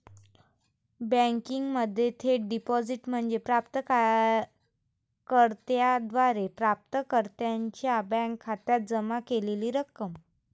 बँकिंगमध्ये थेट डिपॉझिट म्हणजे प्राप्त कर्त्याद्वारे प्राप्तकर्त्याच्या बँक खात्यात जमा केलेली रक्कम